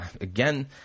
again